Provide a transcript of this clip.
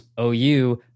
OU